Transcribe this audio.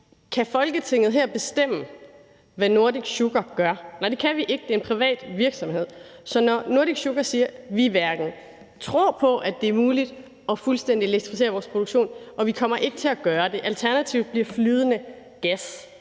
om Folketinget her kan bestemme, hvad Nordic Sugar gør. Nej, det kan vi ikke. Det er en privat virksomhed. Så når Nordic Sugar siger, at de ikke tror på, at det er muligt fuldstændig at elektrificere deres produktion, og at de ikke kommer til at gøre det, og alternativet bliver flydende gas,